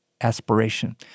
aspiration